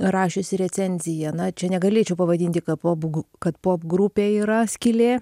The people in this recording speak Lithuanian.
rašiusi recenziją na čia negalėčiau pavadinti ka pob g kad popgrupė yra skylė